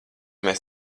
mēs